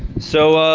so,